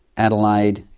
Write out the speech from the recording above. adelaide,